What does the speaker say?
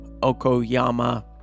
okoyama